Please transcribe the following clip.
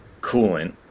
coolant